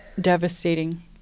Devastating